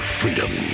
freedom